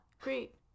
great